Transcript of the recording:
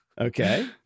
Okay